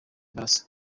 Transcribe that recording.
barasa